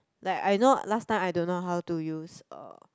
like I know last time I don't how to use um